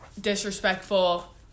disrespectful